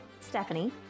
Stephanie